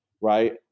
Right